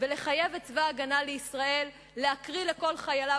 ולחייב את צבא-הגנה לישראל להקריא לכל חייליו,